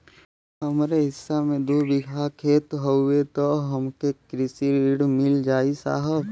हमरे हिस्सा मे दू बिगहा खेत हउए त हमके कृषि ऋण मिल जाई साहब?